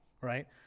right